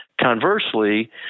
Conversely